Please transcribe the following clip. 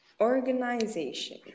organization